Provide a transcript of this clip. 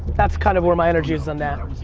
that's kind of where my energy is on that.